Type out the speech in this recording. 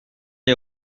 est